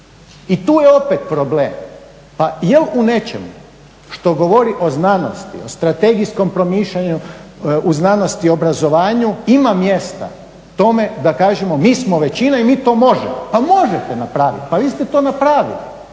I tu je opet problem. Pa jel u nečemu što govori o znanosti o strategijskom promišljanju u znanosti i obrazovanju ima mjesta tome da kažemo mi smo većina i to mi možemo. Pa možete napraviti pa vi ste to napravili.